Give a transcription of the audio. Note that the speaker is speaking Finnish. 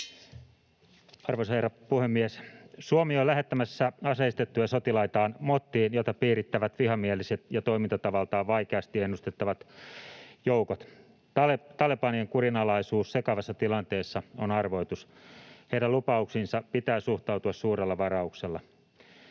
Arvoisa herra puhemies! Suomi on lähettämässä aseistettuja sotilaitaan mottiin, jota piirittävät vihamieliset ja toimintatavaltaan vaikeasti ennustettavat joukot. Talebanien kurinalaisuus sekavassa tilanteessa on arvoitus. Heidän lupauksiinsa pitää suhtautua suurella varauksella.